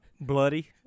bloody